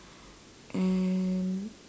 and